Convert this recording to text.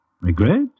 Regret